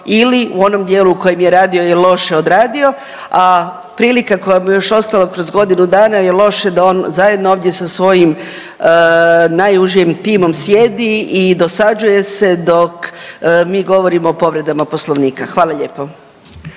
ili u onom dijelu u kojem je radio je loše odradio, a prilika koja mu je još ostala kroz godinu dana je loše da on zajedno ovdje sa svojim najužim timom sjedi i dosađuje se dok mi govorimo o povredama poslovnika, hvala lijepo.